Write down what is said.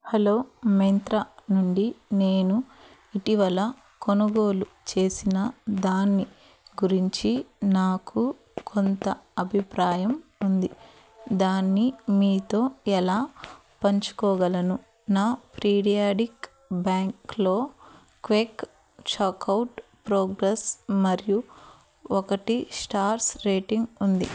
hello Myntra నుండి నేను ఇటీవల కొనుగోలు చేసిన దాని గురించి నాకు కొంత అభిప్రాయం ఉంది దాన్ని మీతో ఎలా పంచుకోగలను నా ఫీడ్బ్యాక్లో క్విక్ చెక్ అవుట్ ప్రోగ్రెస్ మరియు ఒకటి స్టార్స్ రేటింగ్ ఉంది